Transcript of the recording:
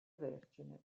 vergine